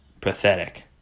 pathetic